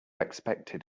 expected